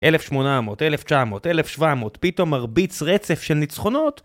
1,800, 1,900, 1,700, פתאום מרביץ רצף של ניצחונות?